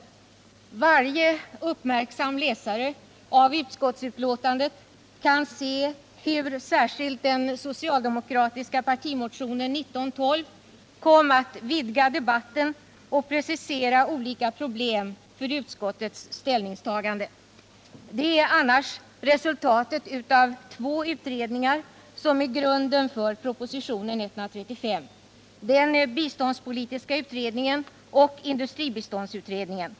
Varje uppmärksam läsare av utskottsbetänkandet kan se att särskilt den socialdemokratiska partimotionen 1977/78:1912 kom att vidga debatten och precisera olika problem för utskottets ställningstagande. Det är annars resultatet av två utredningar som utgör grunden för propositionen 135: den biståndspolitiska utredningen och industribiståndsutredningen.